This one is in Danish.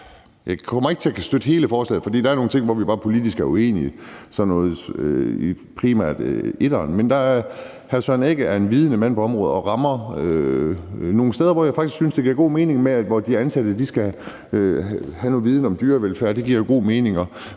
Jeg kommer ikke til at kunne støtte hele forslaget, for der er nogle ting, hvor vi politisk er uenige, og det handler primært om det første punkt. Men hr. Søren Egge Rasmussen er en vidende mand på området og rammer nogle steder, hvor jeg faktisk synes det giver god mening, i forhold til at de ansatte skal have noget viden om dyrevelfærd. Det giver jo god mening.